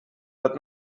but